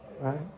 right